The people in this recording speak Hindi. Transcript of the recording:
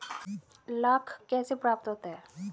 लाख कैसे प्राप्त होता है?